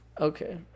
Okay